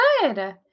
good